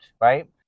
right